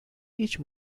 each